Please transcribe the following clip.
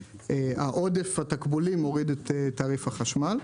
לישראל, ועודף התקבולים הוריד את מחיר החשמל.